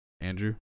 Andrew